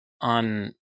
on